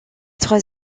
trois